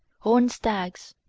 horned stags,